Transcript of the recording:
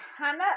Hannah